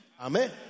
Amen